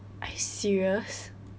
are you serious